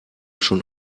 schon